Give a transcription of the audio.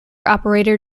operator